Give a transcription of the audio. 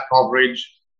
coverage